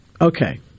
Okay